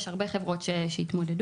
יש הרבה חברות שהתמודדו.